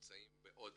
נמצאים בעוד